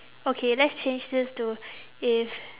okay let's change this to if